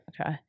Okay